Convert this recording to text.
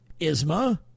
isma